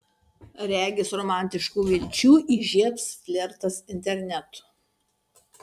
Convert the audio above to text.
regis romantiškų vilčių įžiebs flirtas internetu